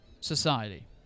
Society